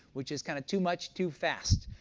which is kind of too much, too fast.